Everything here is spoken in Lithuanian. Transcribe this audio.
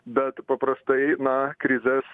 bet paprastai na krizės